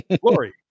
Glory